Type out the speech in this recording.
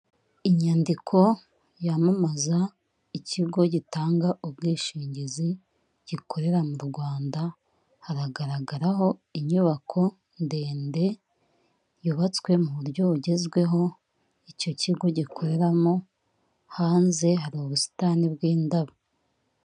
Inyandiko yamamaza ikigo gitanga ubwishingizi gikorera mu Rwanda, haragaragaraho inyubako ndende yubatswe mu buryo bugezweho icyo kigo gikoreramo, hanze hari ubusitani bw'indabo.